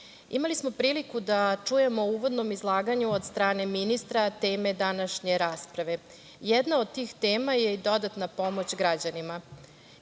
imali smo priliku da čujemo u uvodnom izlaganju od strane ministra teme današnje rasprave. Jedna od tih tema je i dodatna pomoć građanima.